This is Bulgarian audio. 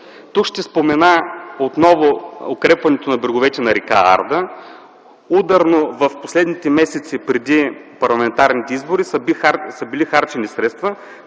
ще спомена укрепването на бреговете на р. Арда. Ударно в последните месеци и преди парламентарните избори са били харчени средства,